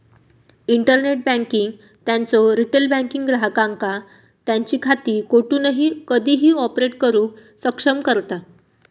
internet banking त्यांचो retail banking ग्राहकांका त्यांची खाती कोठूनही कधीही ऑपरेट करुक सक्षम करता